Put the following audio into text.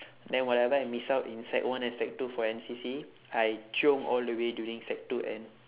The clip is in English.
then whatever I miss out in sec one and sec two for N_C_C I chiong all the way during sec two end